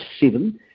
seven